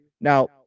Now